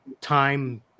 time